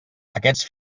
aquests